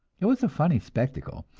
it was a funny spectacle,